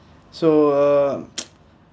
so uh